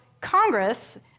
Congress